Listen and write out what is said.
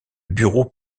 bureau